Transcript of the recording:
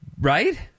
Right